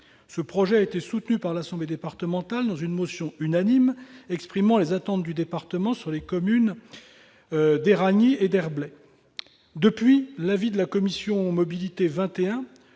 Ce projet a été soutenu par l'assemblée départementale dans une motion unanime exprimant les attentes du département sur les communes d'Éragny et d'Herblay. Depuis l'avis de la commission Mobilité 21,